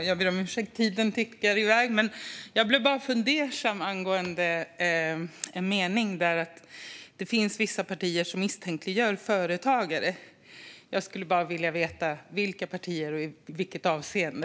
Fru talman! Jag blev fundersam när Camilla Brodin sa att vissa partier misstänkliggör företagare. Jag skulle bara vilja veta vilka partier det handlar om och i vilket avseende.